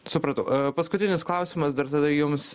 supratau paskutinis klausimas dar tada jums